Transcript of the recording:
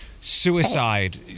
suicide